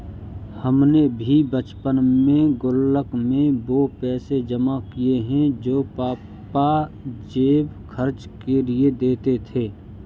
हमने भी बचपन में गुल्लक में वो पैसे जमा किये हैं जो पापा जेब खर्च के लिए देते थे